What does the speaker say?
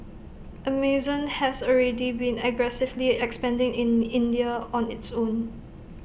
Amazon has already been aggressively expanding in India on its own